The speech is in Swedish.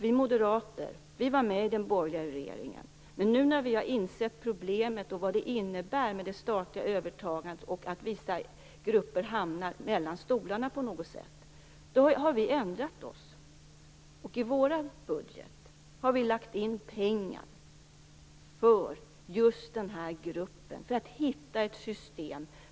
Vi moderater var med i den borgerliga regeringen, men nu när vi har insett problemet och vad det statliga övertagandet innebär - att vissa grupper hamnar mellan stolarna på något sätt - har vi ändrat oss. I vår budget har vi avsatt pengar för just denna grupp, för att hitta ett system.